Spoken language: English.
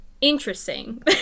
interesting